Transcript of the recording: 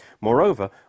Moreover